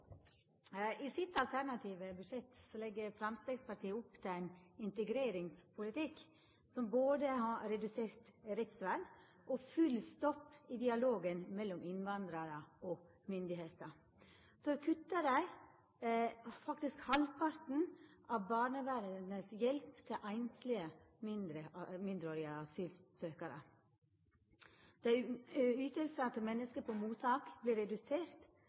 I sitt alternative budsjett legg Framstegspartiet opp til ein integreringspolitikk som både har redusert rettsvern og full stopp i dialogen mellom innvandrarar og myndigheiter. Så kuttar dei faktisk halvparten av barnevernets hjelp til einslege mindreårige asylsøkjarar. Ytingar til menneske på mottak